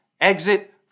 Exit